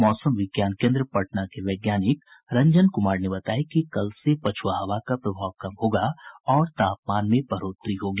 मौसम विज्ञान केन्द्र पटना के वैज्ञानिक रंजन कुमार ने बताया कि कल से पछुआ हवा का प्रभाव कम होगा और तापमान में बढ़ोतरी होगी